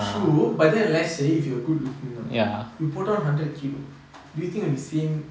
true but then let's say if you are good looking now you put on hundred kilo do you think you will be seen